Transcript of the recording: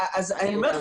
אז אני אומרת לך,